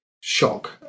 shock